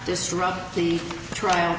disrupt the trial